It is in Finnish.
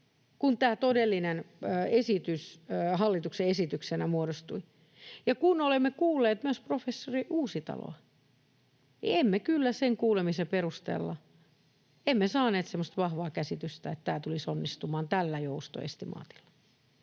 kuin tämä todellinen esitys hallituksen esityksenä muodostui. Ja kun olemme kuulleet myös professori Uusitaloa, niin emme kyllä sen kuulemisen perusteella saaneet semmoista vahvaa käsitystä, että tämä tulisi onnistumaan tällä joustoestimaatilla.